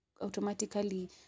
automatically